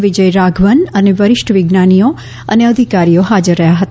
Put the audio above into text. વિજય રાધવન અને વરિષ્ઠ વિજ્ઞાનીઓ અને અધિકારીઓ હાજર રહ્યા હતા